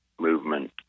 movement